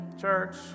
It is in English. church